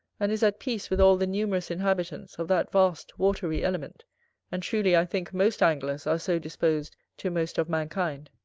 and is at peace with all the numerous inhabitants of that vast watery element and truly, i think most anglers are so disposed to most of mankind.